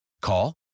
Call